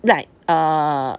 like err